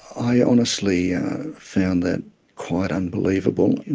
i honestly found that quite unbelievable. and